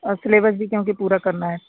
और सिलेबस भी क्योंकि पूरा करना है